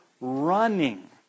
running